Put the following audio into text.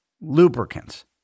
Lubricants